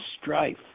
strife